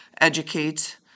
Educate